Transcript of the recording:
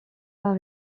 pas